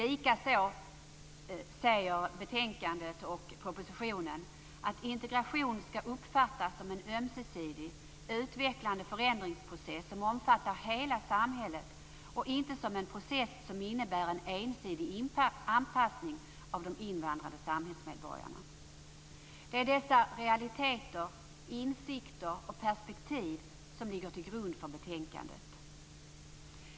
I betänkandet och propositionen står likaså att integration skall uppfattas som en ömsesidig, utvecklande förändringsprocess som omfattar hela samhället och inte som en process som innebär en ensidig anpassning av de invandrade samhällsmedborgarna. Det är dessa realiteter, insikter och perspektiv som ligger till grund för betänkandet.